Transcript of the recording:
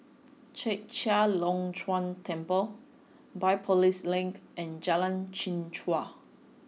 Chek Chai Long Chuen Temple Biopolis Link and Jalan Chichau